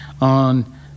on